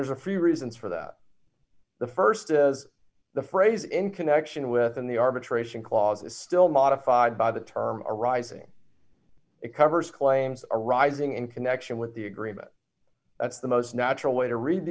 there's a few reasons for that the st is the phrase in connection with in the arbitration clause is still modified by the term arising it covers claims arising in connection with the agreement that's the most natural way to read